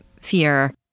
fear